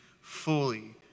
fully